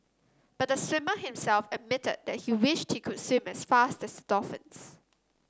but the swimmer himself admitted that he wish she could swim as fast the dolphins